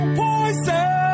poison